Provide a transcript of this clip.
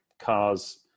cars